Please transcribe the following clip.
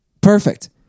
Perfect